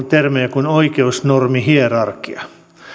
termiä kuin oikeusnormihierarkia